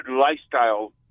lifestyle